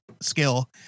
skill